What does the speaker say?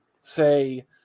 say